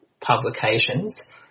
publications